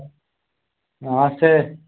నమస్తే